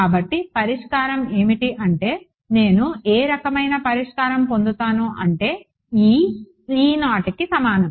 కాబట్టి పరిష్కారం ఏమిటి అంటే నేను ఏ రకమైన పరిష్కారం పొందుతాను అంటే E E0కి సమానం